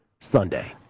Sunday